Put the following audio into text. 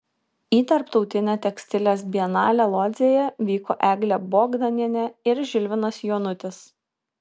į tarptautinę tekstilės bienalę lodzėje vyko eglė bogdanienė ir žilvinas jonutis